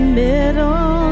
middle